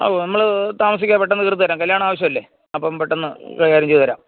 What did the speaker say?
ആകും നമ്മള് താമസിക്കാതെ പെട്ടെന്ന് തീർത്തുതരാം കല്യാണാവശ്യമല്ലേ അപ്പം പെട്ടെന്ന് കൈകാര്യം ചെയ്തുതരാം